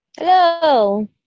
Hello